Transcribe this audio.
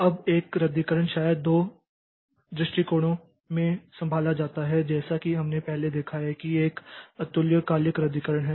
अब एक रद्दीकरण शायद दो दृष्टिकोणों में संभाला जाता है जैसा कि हमने पहले देखा है कि एक अतुल्यकालिक रद्दीकरण है